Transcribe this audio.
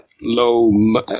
low